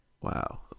wow